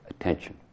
attention